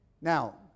Now